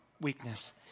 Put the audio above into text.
weakness